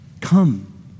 Come